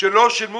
שלא שילמו